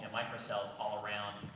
microcells all around,